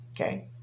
Okay